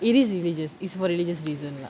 it is religious it's for religious reason lah